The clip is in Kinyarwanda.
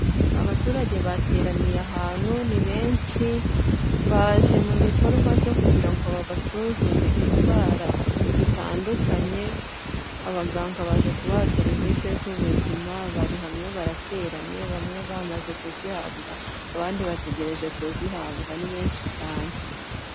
Abaturage bateraniye ahantu ni benshi, baje mu gikorwa cyo kugira ngo babasuzume indwara zitandukanye, abaganga baje kubaha serivise z'ubuzima bari hamwe barateranye, bamwe bamaze kuzihabwa, abandi bategereje kuzihabwa ni benshi cyane.